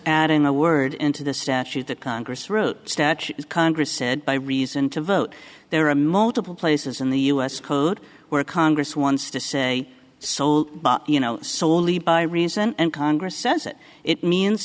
adding a word into the statute that congress wrote statutes congress said by reason to vote there are multiple places in the us code where congress wants to say sole you know soley by reason and congress says it it means